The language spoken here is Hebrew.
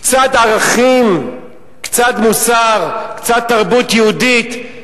קצת ערכים, קצת מוסר, קצת תרבות יהודית?